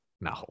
No